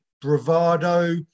bravado